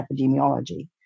epidemiology